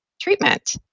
treatment